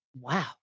Wow